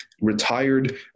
retired